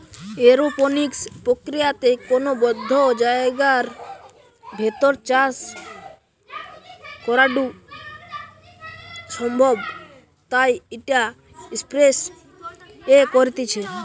aeroponics প্রক্রিয়াতে কোনো বদ্ধ জায়গার ভেতর চাষ করাঢু সম্ভব তাই ইটা স্পেস এ করতিছে